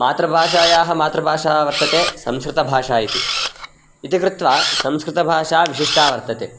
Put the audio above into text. मातृभाषायाः मातृभाषा वर्तते संस्कृतभाषा इति इति कृत्वा संस्कृतभाषा विशिष्टा वर्तते